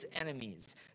enemies